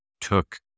took